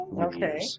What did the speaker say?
Okay